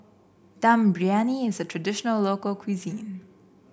Dum Briyani is a traditional local cuisine